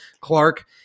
Clark